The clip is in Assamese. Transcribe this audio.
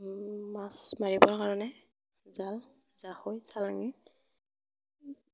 মাছ মাৰিবৰ কাৰণে জাল জাকৈ চালনী